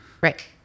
right